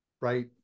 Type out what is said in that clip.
right